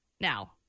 now